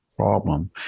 problem